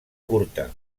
curta